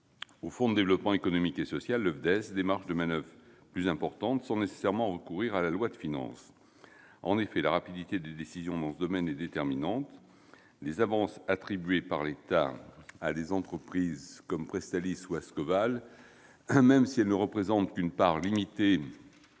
au Fonds de développement économique et social, le FDES, des marges de manoeuvre plus importantes, sans nécessairement recourir à la loi de finances. En effet, la rapidité des décisions est déterminante dans ce domaine. Les avances attribuées par l'État à des entreprises comme Presstalis ou Ascoval, même si elles ne représentent qu'une part limitée